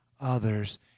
others